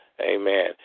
Amen